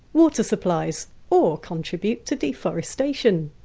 water supplies, or contribute to deforestation.